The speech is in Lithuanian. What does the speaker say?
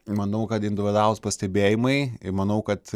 manau kad individualūs pastebėjimai manau kad